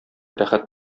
рәхәт